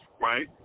right